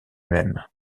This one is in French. même